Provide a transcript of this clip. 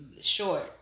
short